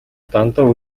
дандаа